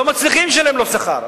ולא מצליחים לשלם לו שכר,